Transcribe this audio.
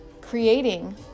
creating